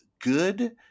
good